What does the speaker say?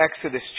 Exodus